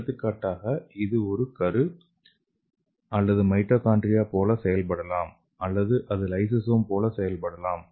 எடுத்துக்காட்டாக இது கரு அல்லது மைட்டோகாண்ட்ரியா போல செயல்படலாம் அல்லது அது லைசோசோம் போல செயல்படலாம்